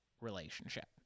relationship